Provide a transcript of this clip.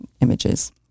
images